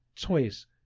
toys